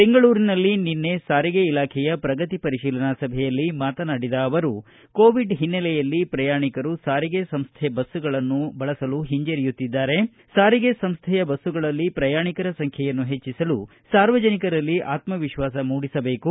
ಬೆಂಗಳೂರಿನಲ್ಲಿ ನಿನ್ನೆ ಸಾರಿಗೆ ಇಲಾಖೆಯ ಪ್ರಗತಿ ಪರಿಶೀಲನಾ ಸಭೆಯಲ್ಲಿ ಮಾತನಾಡಿದ ಅವರು ಕೋವಿಡ್ ಓನ್ನೆಲೆಯಲ್ಲಿ ಪ್ರಯಾಣಿಕರು ಸಾರಿಗೆ ಸಂಸ್ವೆ ಬಸ್ಸುಗಳನ್ನು ಬಳಸಲು ಹಿಂಜರಿಯುತ್ತಿದ್ದು ಸಾರಿಗೆ ಸಂಸ್ವೆಯ ಬಸ್ಸುಗಳಲ್ಲಿ ಪ್ರಯಾಣಿಕರ ಸಂಖ್ಯೆಯನ್ನು ಹೆಚ್ಚಿಸಲು ಸಾರ್ವಜನಿಕರಲ್ಲಿ ಆತ್ಮವಿಶ್ವಾಸ ಮೂಡಿಸಬೇಕು